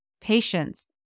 patience